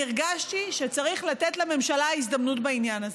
אני הרגשתי שצריך לתת לממשלה הזדמנות בעניין הזה.